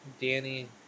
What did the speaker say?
Danny